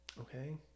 Okay